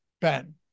Ben